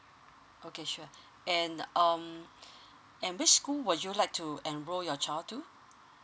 oh okay sure and um and which school would you like to enroll your child to